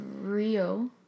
rio